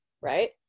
right